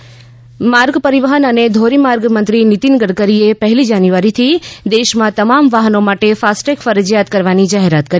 FASTag માર્ગ પરિવહન અને ધોરીમાર્ગ મંત્રી નિતિન ગડકરીએ પહેલી જાન્યુઆરીથી દેશમાં તમામ વાહનો માટે ફાસ્ટટૈગ ફરજીયાત કરવાની જાહેરાત કરી